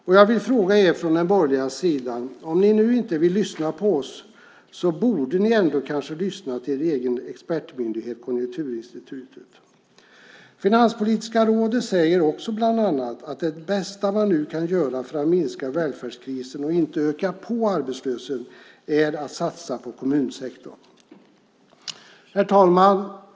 Om ni från den borgerliga sidan nu inte vill lyssna på oss borde ni kanske ändå lyssna till er egen expertmyndighet Konjunkturinstitutet. Finanspolitiska rådet säger också bland annat att det bästa man nu kan göra för att minska välfärdskrisen och inte öka på arbetslösheten är att satsa på kommunsektorn. Herr talman!